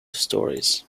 stories